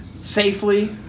safely